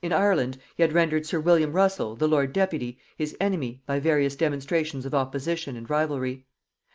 in ireland, he had rendered sir william russell the lord deputy his enemy by various demonstrations of opposition and rivalry